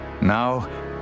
Now